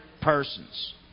persons